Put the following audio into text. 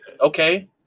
okay